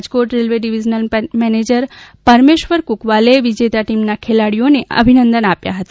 Rajkot railway divisional manager Parmeshwar Krakwale વિજેતા ટીમના ખેલાડીઓને અભિનંદન આપ્યા હતા